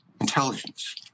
intelligence